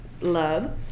Love